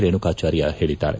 ರೇಣುಕಾಚಾರ್ಯ ಹೇಳಿದ್ದಾರೆ